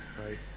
right